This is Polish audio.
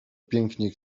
pięknie